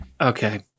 Okay